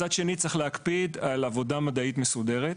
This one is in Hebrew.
מצד שני, צריך להקפיד על עבודה מדעית מסודרת.